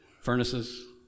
furnaces